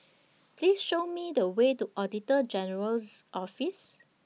Please Show Me The Way to Auditor General's Office